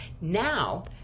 Now